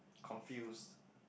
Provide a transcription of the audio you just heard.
confused